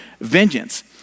vengeance